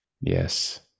Yes